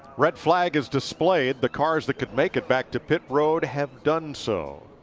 red flag is displayed. the cars that could make it back to pit road have done so.